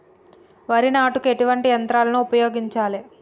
వరి నాటుకు ఎటువంటి యంత్రాలను ఉపయోగించాలే?